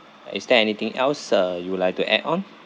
and is there anything else uh you would like to add on